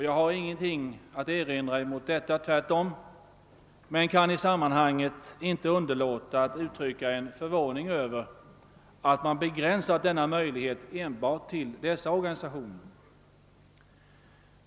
Jag har ingenting att erinra mot detta, tvärtom, men kan i sammanhanget inte underlåta att uttrycka min förvåning över att man har begränsat denna möjlighet till enbart dessa organisationer.